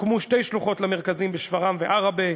הוקמו שתי שלוחות למרכזים, בשפרעם ובעראבה,